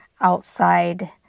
outside